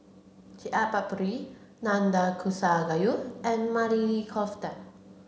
Chaat Papri Nanakusa Gayu and Maili Kofta